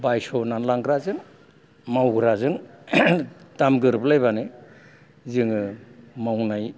बायसना लांग्राजों मावग्राजों दाम गोरोबलायबानो जोङो मावनाय